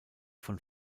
von